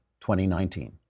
2019